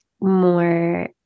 more